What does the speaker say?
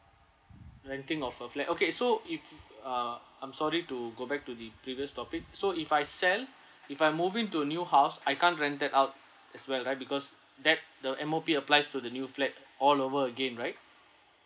renting of a flat okay so if uh I'm sorry to go back to the previous topic so if I sell if I move in to a new house I can't rent it out as well right because that the M_O_P applies to the new flat all over again right